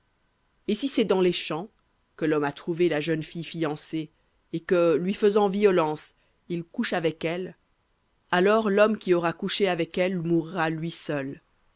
et si c'est dans les champs que l'homme a trouvé la jeune fille fiancée et que lui faisant violence il couche avec elle alors l'homme qui aura couché avec elle mourra lui seul